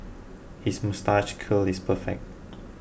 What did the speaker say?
his moustache curl is perfect